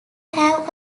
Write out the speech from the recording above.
have